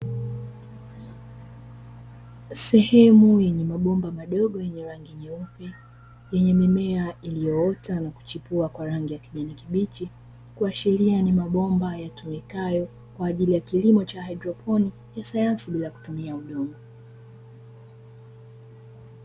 Sehemu yenye mabomba madogo yenye rangi nyeupe yenye mimea iliyoota na kuchipua kwa rangi ya kijani kibichi, kuashiria ni mabomba yatumikayo kwa ajili ya kilimo cha haidroponi ya sayansi bila kutumia udongo.